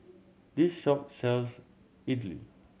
this shop sells idly